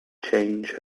change